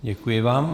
Děkuji vám.